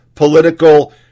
Political